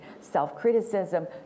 self-criticism